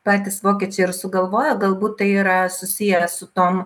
patys vokiečiai ir sugalvojo galbūt tai yra susiję su tom